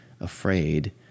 afraid